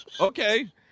Okay